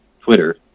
Twitter